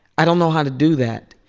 i don't know how to do that.